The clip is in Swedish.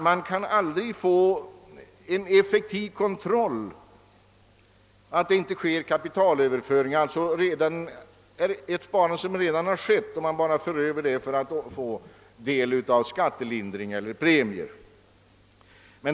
Man kan aldrig få en effektiv kontroll över att det inte sker kapitalöverföringar, d.v.s. att människor överför redan sparade medel för att få del av skattelindring eller premier.